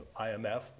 IMF